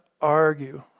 argue